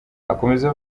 akomeza